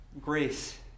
grace